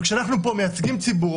וכשאנחנו פה מייצגים ציבור,